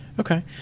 Okay